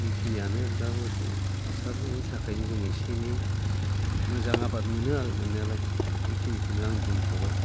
बेखिनियानो दा मोसौ हासारनि थाखायनो जों एसे एनै मोजां आबाद मोनो आरो मोननायालाय बेखिनिखौनो आं बुंथ'बाय